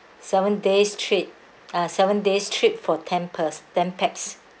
seven days trip uh seven days trip for ten per~ ten pax